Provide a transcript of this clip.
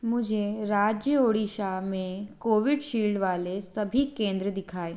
मुझे राज्य ओडिशा में कोविशील्ड वाले सभी केंद्र दिखाएँ